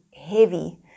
heavy